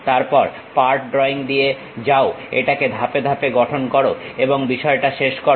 তারপর part drawing দিয়ে যাও এটাকে ধাপে ধাপে গঠন করো এবং বিষয়টা শেষ করো